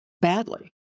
badly